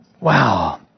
Wow